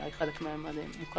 אולי חלק מהם מוכרים.